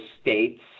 states